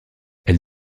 elle